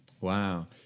Wow